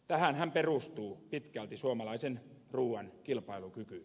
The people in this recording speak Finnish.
tähänhän perustuu pitkälti suomalaisen ruuan kilpailukyky